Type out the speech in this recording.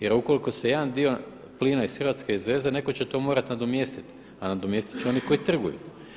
Jer ukoliko se jedan dio plina iz Hrvatske izveze neko će to morati nadomjestiti, a nadomjestit će oni koji trguju.